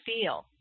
feel